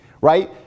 right